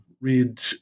read